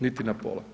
Niti na pola.